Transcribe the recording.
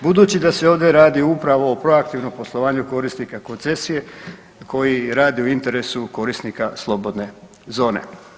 Budući da se ovdje radi upravo o proaktivnom poslovanju korisnika koncesije koji radi u interesu korisnika slobodne zone.